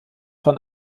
von